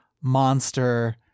monster